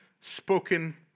spoken